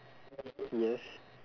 yes